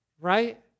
right